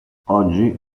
oggi